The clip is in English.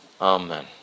Amen